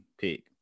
pick